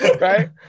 right